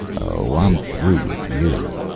oh, i'm through with you,